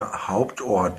hauptort